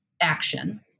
action